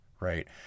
right